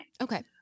Okay